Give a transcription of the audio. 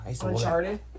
Uncharted